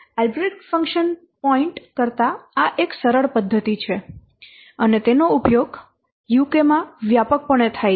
Albrecht function point કરતા આ એક સરળ પદ્ધતિ છે અને તેનો ઉપયોગ UK માં વ્યાપકપણે થાય છે